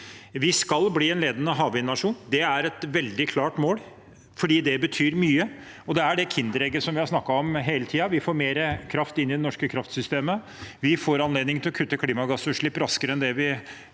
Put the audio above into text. Vi skal bli en ledende havvindnasjon. Det er et veldig klart mål, fordi det betyr mye, og det er det kinderegget som vi har snakket om hele tiden: Vi får mer kraft inn i det norske kraftsystemet, vi får anledning til å kutte klimagassutslipp raskere enn det vi kan